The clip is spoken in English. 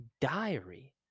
diary